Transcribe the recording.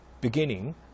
beginning